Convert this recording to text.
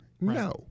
No